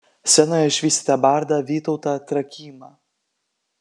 scenoje išvysite bardą vytautą trakymą